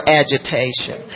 agitation